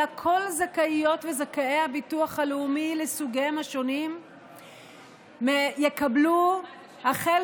אלא כל זכאיות וזכאי הביטוח הלאומי לסוגיהם השונים יקבלו החל